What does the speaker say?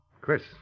Chris